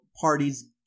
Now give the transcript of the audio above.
parties